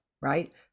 right